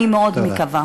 אני מאוד מקווה.